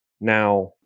now